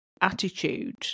attitude